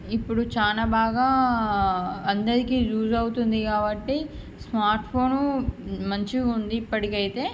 ఇప్పుడు చాలా బాగా అందరికీ యూజ్ అవుతుంది కాబట్టి స్మార్ట్ ఫోను మంచిగా ఉంది ఇప్పటికి అయితే